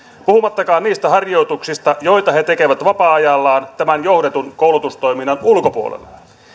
puhumattakaan niistä harjoituksista joita he he tekevät vapaa ajallaan tämän johdetun koulutustoiminnan ulkopuolella